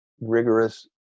rigorous